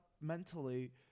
mentally